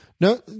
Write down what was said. No